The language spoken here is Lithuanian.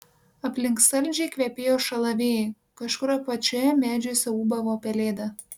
aplink saldžiai kvepėjo šalavijai kažkur apačioje medžiuose ūbavo pelėda